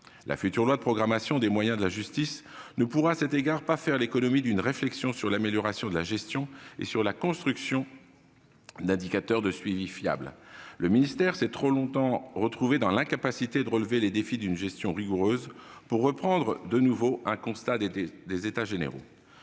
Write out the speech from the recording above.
la future loi de programmation des moyens de la justice ne pourra faire l'économie d'une réflexion sur l'amélioration de la gestion et sur la construction d'indicateurs de suivi fiables. Le ministère s'est trop longtemps retrouvé « dans l'incapacité de relever les défis d'une gestion rigoureuse », pour reprendre de nouveau un constat des États généraux.